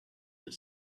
that